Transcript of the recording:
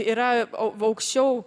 yra au aukščiau